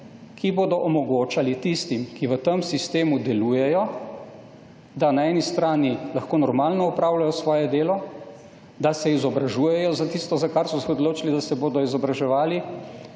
ki bodo omogočali tistim, ki v tem sistemu delujejo, da na eni strani lahko normalno opravljajo svoje delo, da se izobražujejo za tisto, za kar so se odločili, da se bodo izobraževali